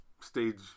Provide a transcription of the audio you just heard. Stage